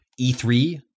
E3